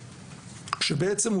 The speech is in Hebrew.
שבעצם,